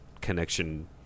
connection